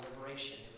liberation